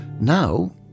Now